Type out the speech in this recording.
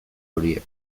horiek